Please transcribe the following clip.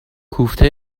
کوفته